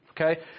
Okay